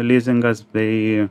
lizingas tai